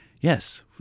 Yes